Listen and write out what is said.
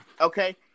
Okay